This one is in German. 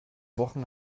wochen